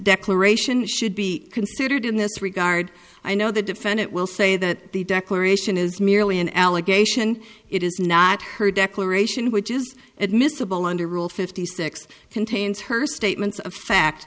declaration should be considered in this regard i know the defendant will say that the declaration is merely an allegation it is not her declaration which is admissible under rule fifty six contains her statements of fact